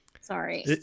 Sorry